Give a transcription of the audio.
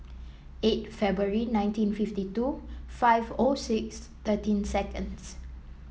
eight February nineteen fifty two five O six thirteen seconds